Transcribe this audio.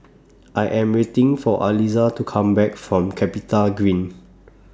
I Am waiting For Aliza to Come Back from Capitagreen